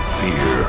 fear